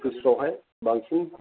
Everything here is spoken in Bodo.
अफिसफ्रावहाय बांसिन